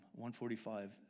145